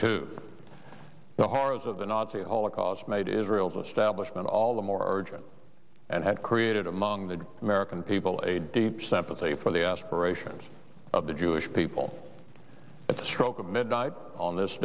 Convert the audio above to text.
nazi holocaust made israel's establishment all the more urgent and had created among the american people a deep sympathy for the aspirations of the jewish people a stroke of midnight on this